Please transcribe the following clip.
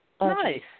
Nice